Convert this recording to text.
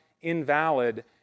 invalid